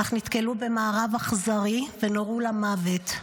אך נתקלו במארב אכזרי ונורו למוות.